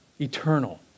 eternal